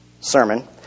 sermon